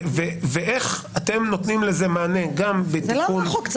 ואיך אתם נותנים לזה מענה גם בטיפול --- זה לא מהחוק,